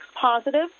positive